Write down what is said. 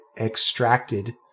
extracted